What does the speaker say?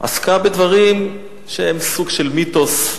עסקה בדברים שהם סוג של מיתוס.